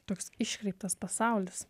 toks iškreiptas pasaulis